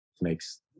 makes